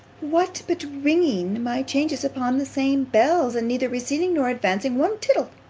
what, but ringing my changes upon the same bells, and neither receding nor advancing one tittle?